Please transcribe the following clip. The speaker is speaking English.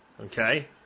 Okay